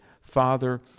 father